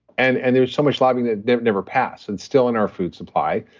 and and there's so much lobbying that it never never passed and still in our food supply,